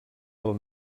del